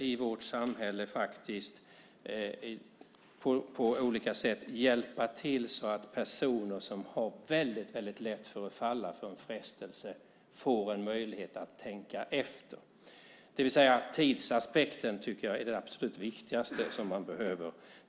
I vårt samhälle måste vi på olika sätt hjälpa till så att personer som har väldigt lätt för att falla för en frestelse får en möjlighet att tänka efter. Detta med tidsaspekten är, tycker jag, det absolut viktigaste att se över.